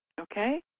Okay